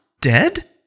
dead